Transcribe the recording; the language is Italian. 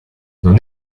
non